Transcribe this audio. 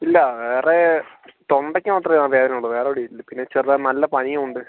ഇല്ല വേറെ തൊണ്ടക്ക് മാത്രമേ ആ വേദന ഉള്ളൂ വേറെവിടേം ഇല്ല പിന്നെ ചെറുതായിട്ട് നല്ല പനിയും ഉണ്ട്